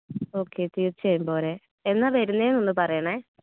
okay തീർച്ചയായും പോരെ എന്നാണ് വരുന്നത് എന്നൊന്ന് പറയണേ